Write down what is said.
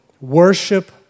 Worship